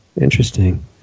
interesting